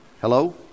Hello